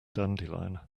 dandelion